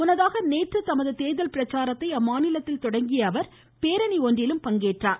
முன்னதாக நேற்று தனது தேர்தல் பிரச்சாரத்தை அம்மாநிலத்தில் தொடங்கிய அவர் பேரணி ஒன்றிலும் பங்கேற்றார்